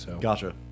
Gotcha